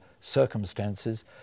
circumstances